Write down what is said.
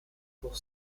pour